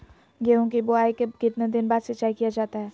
गेंहू की बोआई के कितने दिन बाद सिंचाई किया जाता है?